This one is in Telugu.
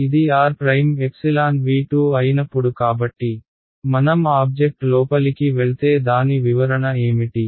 ఇది r'V2 అయినప్పుడు కాబట్టి మనం ఆబ్జెక్ట్ లోపలికి వెళ్తే దాని వివరణ ఏమిటి